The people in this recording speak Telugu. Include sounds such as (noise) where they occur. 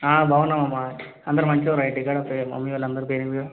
బాగున్నాను మామా అందరూ మంచిగా ఉన్నారా ఇంటికాడ అత్తయ్య మామయ్య వాళ్ళందరూ (unintelligible)